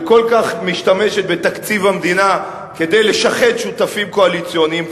שכל כך משתמשת בתקציב המדינה כדי לשחד שותפים קואליציוניים,